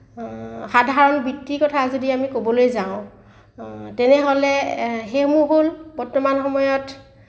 সাধাৰণ বৃত্তিৰ কথা যদি আজি ক'বলৈ যাওঁ তেনেহ'লে সেইসমূহ হ'ল বৰ্তমান সময়ত